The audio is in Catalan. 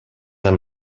amb